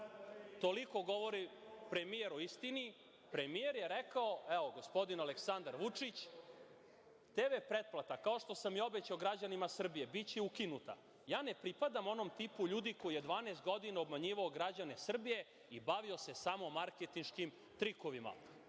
toliko govori premijer o istini. Premijer je rekao, evo, gospodin Aleksandar Vučić: „TV pretplata, kao što sam i obećao građanima Srbije, biće ukinuta. Ja ne pripadam onom tipu ljudi koji je 12 godina obmanjivao građane Srbije i bavio se samo marketinškim trikovima“.